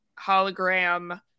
hologram